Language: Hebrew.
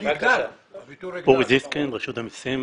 אני מהחטיבה לתכנון וכלכלה, רשות המסים.